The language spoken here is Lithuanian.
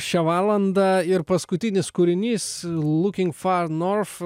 šią valandą ir paskutinis kūrinys looking far north